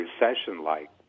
recession-like